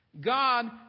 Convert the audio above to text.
God